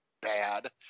bad